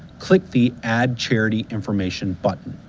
click the add charity information button